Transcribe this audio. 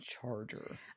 Charger